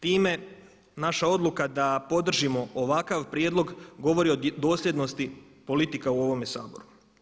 Time naša odluka da podržimo ovakav prijedlog govori o dosljednosti politika u ovome Saboru.